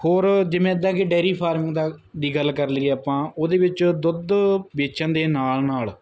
ਹੋਰ ਜਿਵੇਂ ਐਦਾਂ ਕਿ ਡੇਅਰੀ ਫਾਰਮ ਦਾ ਦੀ ਗੱਲ ਕਰ ਲਈਏ ਆਪਾਂ ਉਹਦੇ ਵਿੱਚ ਦੁੱਧ ਵੇਚਣ ਦੇ ਨਾਲ ਨਾਲ